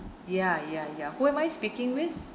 ya ya ya who am I speaking with